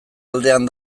aldean